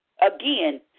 again